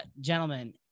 gentlemen